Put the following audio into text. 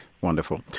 Wonderful